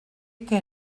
que